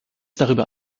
darüber